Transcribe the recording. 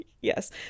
yes